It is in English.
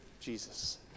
Jesus